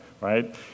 right